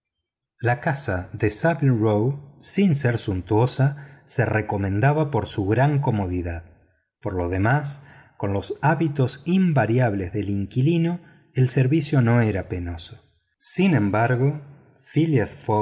la casa en saville row sin ser suntuosa se recomendaba por su gran comodidad por lo demás con los hábitos invariables del inquilino el servicio no era penoso sin embargo phileas